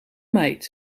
meid